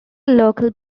local